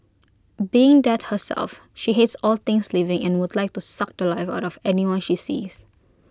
being death herself she hates all things living and would like to suck The Life out of anyone she sees